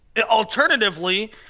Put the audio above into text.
alternatively